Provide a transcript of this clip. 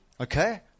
Okay